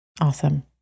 Awesome